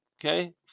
Okay